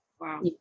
wow